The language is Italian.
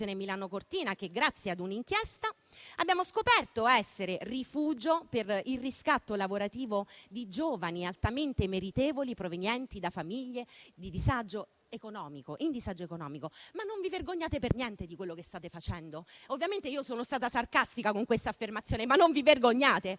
Milano Cortina che, grazie ad un'inchiesta, abbiamo scoperto essere rifugio per il riscatto lavorativo di giovani altamente meritevoli provenienti da famiglie in disagio economico. Ma non vi vergognate per niente di quello che state facendo? Ovviamente sono stata sarcastica con questa affermazione, ma non vi vergognate?